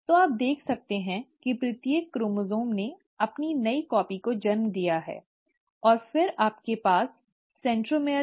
तो आप देख सकते हैं कि प्रत्येक क्रोमोसोम ने अपनी नई प्रति को जन्म दिया था और फिर आपके पास सेंट्रोमियर था